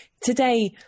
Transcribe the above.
today